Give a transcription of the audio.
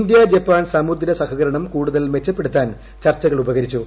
India Japan സമുദ്ര സഹകരണം കൂടുതൽ മെച്ചപ്പെടുത്താൻ ചർച്ചകൾ ഉപകരിച്ചു